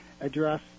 address